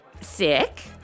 sick